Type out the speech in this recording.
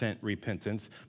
repentance